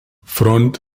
front